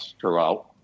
throughout